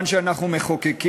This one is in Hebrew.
מלאות.